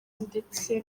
ndetse